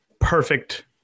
perfect